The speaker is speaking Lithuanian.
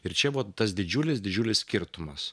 ir čia vat tas didžiulis didžiulis skirtumas